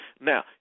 Now